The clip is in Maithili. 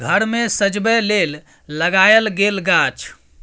घर मे सजबै लेल लगाएल गेल गाछ